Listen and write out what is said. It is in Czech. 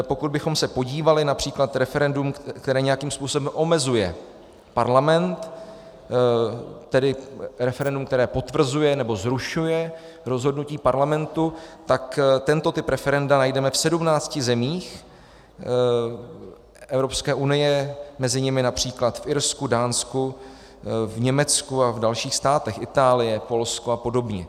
Pokud bychom se podívali např. na referendum, které nějakým způsobem omezuje parlament, tedy referendum, které potvrzuje nebo zrušuje rozhodnutí parlamentu, tak tento typ referenda najdeme v 17 zemích Evropské unie, mezi nimi např. v Irsku, Dánsku, v Německu a v dalších státech, Itálie, Polsko apod.